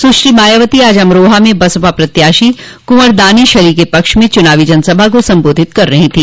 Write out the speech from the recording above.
सुश्री मायावती आज अमरोहा में बसपा प्रत्याशी कुंवर दानिश अली के पक्ष में चुनावी जनसभा को संबोधित कर रही थी